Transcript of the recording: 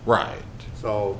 right so